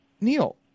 Neil